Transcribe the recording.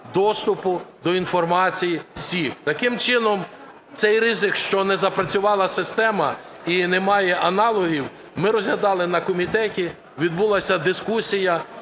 доступу до інформації всіх. Таким чином, цей ризик, що не запрацювала система і немає аналогів, ми розглядали на комітеті, відбулась дискусія.